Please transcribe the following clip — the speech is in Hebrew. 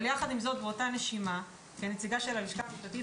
אבל יחד עם זאת באותה נשימה כנציגה של הלשכה המשפטית